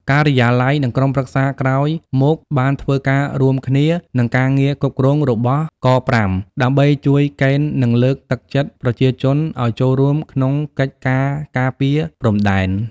ការិយាល័យ និងក្រុមប្រឹក្សាក្រោយមកបានធ្វើការរួមគ្នានិងការងារគ្រប់គ្រងរបស់” ក៥”ដើម្បីជួយកេណ្ឌនិងលើកទឹកចិត្តប្រជាជនអោយចូលរួមក្នុងកិច្ចការការពារព្រំដែន។